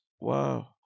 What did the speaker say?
Wow